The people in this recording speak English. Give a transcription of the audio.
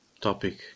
topic